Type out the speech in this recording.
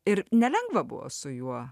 ir nelengva buvo su juo